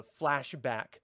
flashback